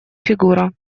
фигура